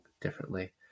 differently